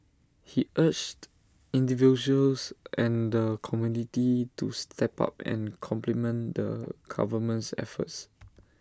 he urged individuals and the community to step up and complement the government's efforts